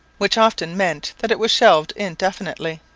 which often meant that it was shelved indefinitely.